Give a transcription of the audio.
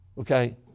okay